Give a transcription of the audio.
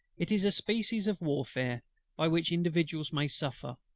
it is a species of warfare by which individuals may suffer,